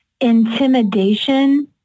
intimidation